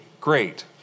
great